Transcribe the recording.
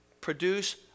produce